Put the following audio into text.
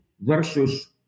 versus